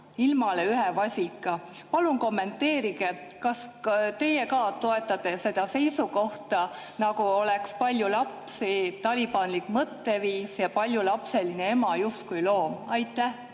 ilmale ühe vasika. Palun kommenteerige, kas ka teie toetate seda seisukohta, nagu oleks palju lapsi talibanlik mõtteviis ja paljulapseline ema justkui loom. Aitäh,